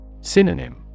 Synonym